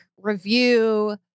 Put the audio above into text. review